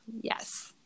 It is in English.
yes